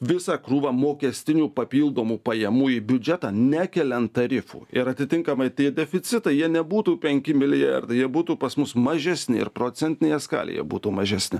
visą krūvą mokestinių papildomų pajamų į biudžetą nekeliant tarifų ir atitinkamai tie deficitai jie nebūtų penki milijardai jie būtų pas mus mažesni ir procentinėje skalėje būtų mažesni